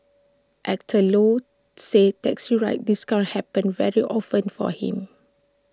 Actor low says taxi ride discounts happen very often for him